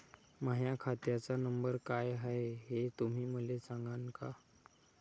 माह्या खात्याचा नंबर काय हाय हे तुम्ही मले सागांन का?